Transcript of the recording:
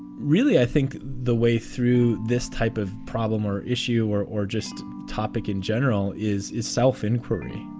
really, i think the way through this type of problem or issue or or just topic in general is is self-inquiry.